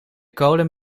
kolen